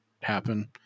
happen